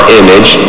image